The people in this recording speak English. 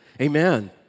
Amen